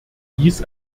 dies